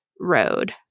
road